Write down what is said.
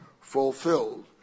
fulfilled